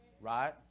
right